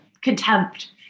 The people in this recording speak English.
contempt